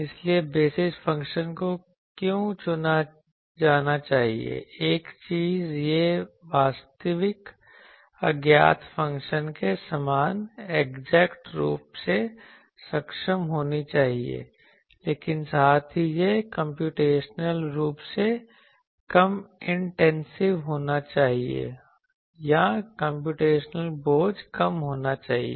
इसलिए basis function को क्यों चुना जाना चाहिए एक चीज यह वास्तविक अज्ञात फ़ंक्शन के समान एग्जैक्ट रूप से सक्षम होनी चाहिए लेकिन साथ ही यह कम्प्यूटेशनल रूप से कम इंटेंसिव होना चाहिए या कम्प्यूटेशनल बोझ कम होना चाहिए